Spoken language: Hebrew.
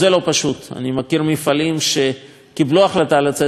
אני מכיר מפעלים שקיבלו החלטה לצאת ממפרץ חיפה